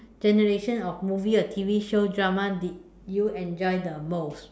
generation of movie or T_V show drama did you enjoy the most